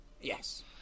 Yes